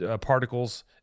particles